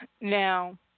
Now